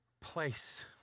place